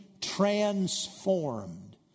transformed